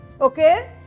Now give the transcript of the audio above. okay